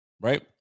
right